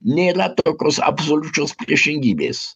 nėra tokios absoliučios priešingybės